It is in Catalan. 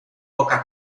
poca